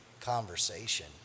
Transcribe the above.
conversation